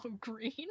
green